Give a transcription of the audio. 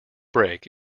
break